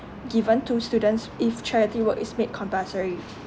given to students if charity work is made compulsory